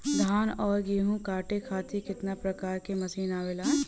धान और गेहूँ कांटे खातीर कितना प्रकार के मशीन आवेला?